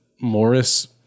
Morris